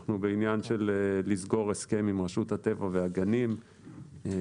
אני בעניין של לסגור הסכם עם רשות הטבע והגנים על